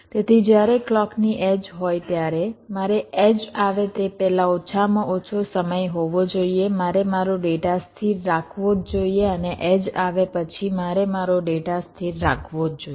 તેથી જ્યારે ક્લૉકની એડ્જ હોય ત્યારે મારે એડ્જ આવે તે પહેલાં ઓછામાં ઓછો સમય હોવો જોઈએ મારે મારો ડેટા સ્થિર રાખવો જ જોઇએ અને એડ્જ આવે પછી મારે મારો ડેટા સ્થિર રાખવો જ જોઇએ